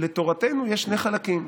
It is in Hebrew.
לתורתנו יש שני חלקים,